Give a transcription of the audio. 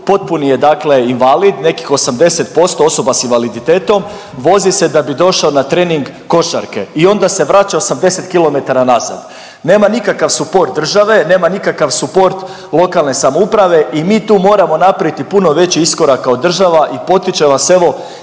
Potpuni je dakle invalid, nekih 80% osoba sa invaliditetom vozi se da bi došao na trening košarke i onda se vraća 80 km nazad. Nema nikakav support države, nema nikakav support lokalne samouprave i mi tu moramo napraviti puno veći iskorak kao država i potičem vas evo